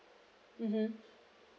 mmhmm